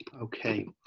Okay